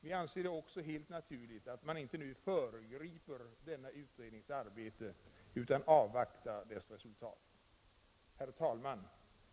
Vi anser det också helt naturligt att man inte nu föregriper denna utrednings arbete utan avvaktar dess resultat. Herr talman!